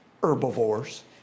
herbivores